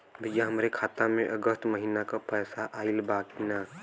भईया हमरे खाता में अगस्त महीना क पैसा आईल बा की ना?